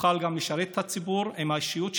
שבו גם תוכל לשרת את הציבור עם האישיות שלך,